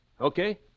Okay